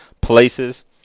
places